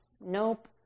nope